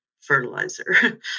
fertilizer